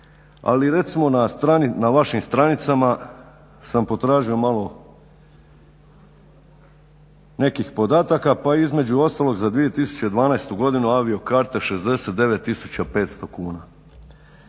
Ali recimo na vašim stranicama sam potražio malo nekih podataka pa između ostalog za 2012. godinu avio karte 69500 kuna.